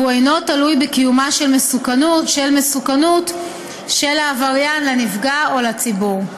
ואינו תלוי בקיומה של מסוכנות העבריין לנפגע או לציבור.